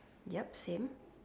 yup same